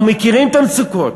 אנחנו מכירים את המצוקות,